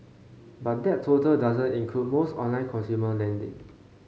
but that total doesn't include most online consumer lending